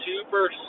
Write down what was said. super